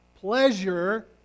pleasure